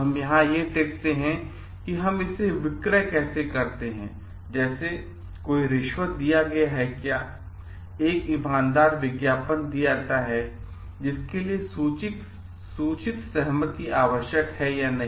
तो यहाँ हम यह देखते हैं कि कि हम इसे कैसे विक्रय करते हैं जैसे कोई रिश्वत है दिया हुआएक ईमानदार विज्ञापन दिया जाता है सूचित सहमति आवश्यक है हाँ या नहीं